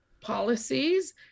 policies